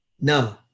no